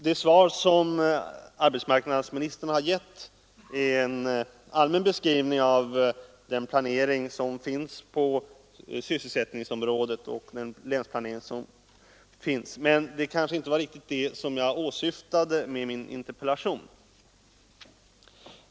Det svar som arbetsmarknadsministern gett är en allmän beskrivning av den planering som finns på sysselsättningsområdet och den länsplanering som finns, men det kanske inte var riktigt det som jag åsyftade med min interpellation.